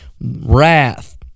Wrath